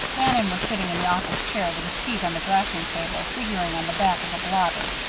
bannon was sitting in the office chair with his feet on the draughting-table, figuring on the back of a blotter.